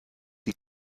die